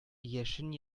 яшен